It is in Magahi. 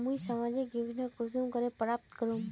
मुई सामाजिक योजना कुंसम करे प्राप्त करूम?